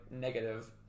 negative